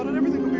and everything